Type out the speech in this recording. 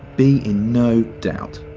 be in no doubt,